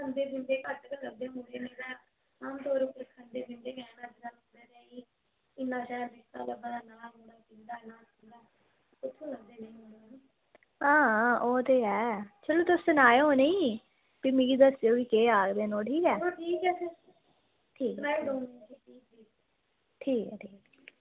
हां ओह् ते ऐ चलो तुस सनाओ उ'नेंगी फ्ही मिगी दस्सेओ केह् आखदे न ओह् ठीक ऐ ठीक ऐ ठीक ऐ ठीक ऐ